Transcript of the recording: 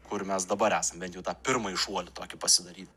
kur mes dabar esam bent jau tą pirmąjį šuolį tokį pasidaryt